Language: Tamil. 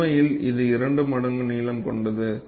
உண்மையில் இது இரண்டு மடங்கு நீளம் கொண்டது